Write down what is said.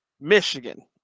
Michigan